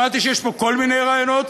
שמעתי שיש פה כל מיני רעיונות.